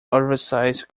oversized